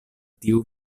tiu